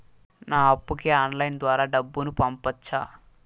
నా అప్పుకి ఆన్లైన్ ద్వారా డబ్బును పంపొచ్చా